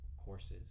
courses